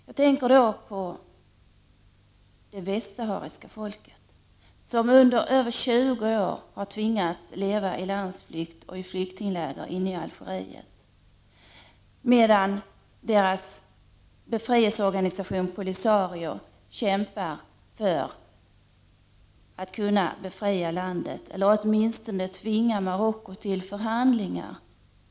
Jag tänker då på det västsahariska folket som i över 15 år har tvingats leva i landsflykt och i flyktingläger inne i Algeriet medan deras befrielseorganisation Polisario kämpar för att kunna befria landet eller åtminstone tvinga Marocko till förhandlingar.